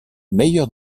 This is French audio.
meilleur